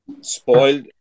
spoiled